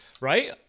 right